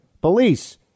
police